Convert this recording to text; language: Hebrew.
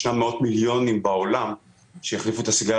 יש מאות מיליוני אנשים בעולם שהחליפו את הסיגריה